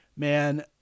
Man